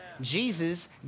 Jesus